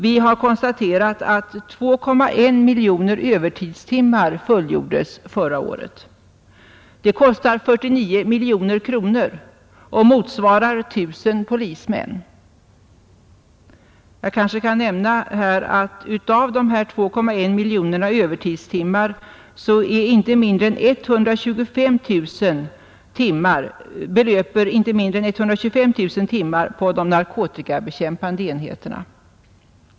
Vi har konstaterat att 2,1 miljoner övertidstimmar fullgjordes förra året. Det kostar 49 miljoner kronor och motsvarar 1 000 polismän. Av dessa 2,1 miljoner övertidstimmar hänför sig inte mindre än 125 000 till de narkotikabekämpande enheterna.